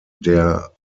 der